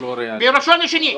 ביום ראשון ושני.